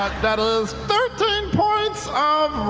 that is thirteen points